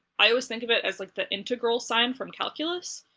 i always think of it as, like, the integral sign? from calculus.